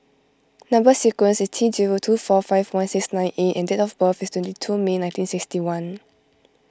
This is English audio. Number Sequence is T zero two four five one six nine A and date of birth is twenty two May nineteen sixty one